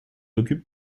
occupe